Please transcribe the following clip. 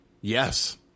Yes